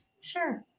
Sure